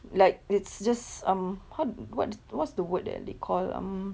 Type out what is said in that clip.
like it's just um how what what's the word that they call um